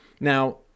Now